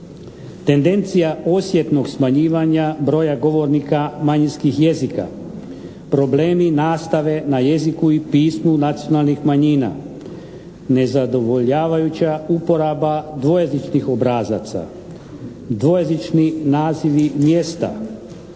Tendencija osjetnog smanjivanja broja govornika manjinskih jezika, problemi nastave na jeziku i pismu nacionalnih manjina, nezadovoljavajuća uporaba dvojezičnih obrazaca, dvojezični nazivi mjesta,